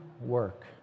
work